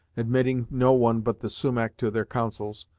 admitting no one but the sumach to their councils,